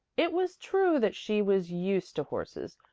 it was true that she was used to horses,